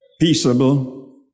peaceable